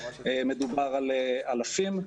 מדובר על אלפים.